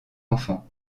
enfants